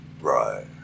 Right